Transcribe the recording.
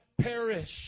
perish